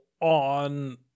on